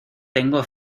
tengo